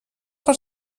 per